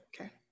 okay